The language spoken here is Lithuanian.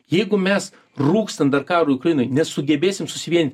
jeigu mes rūkstant dar karui ukrainoj nesugebėsim susivienyt